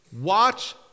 watch